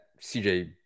cj